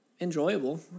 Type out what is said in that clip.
enjoyable